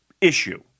issue